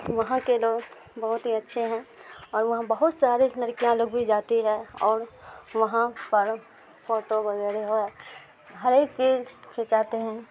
وہاں کے لوگ بہت ہی اچھے ہیں اور وہاں بہت سارے لڑکیاں لوگ بھی جاتی ہے اور وہاں پر فوٹو وغیرہ ہو ہر ایک چیز کھینچاتے ہیں